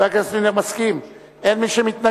חבר הכנסת מילר מסכים, אין מי שמתנגד.